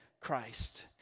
Christ